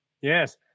Yes